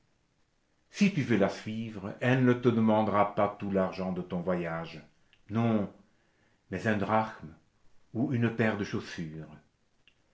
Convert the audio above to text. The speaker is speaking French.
si tu veux la suivre elle ne te demandera pas tout l'argent de ton voyage non mais une drachme ou une paire de chaussures